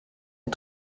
der